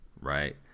right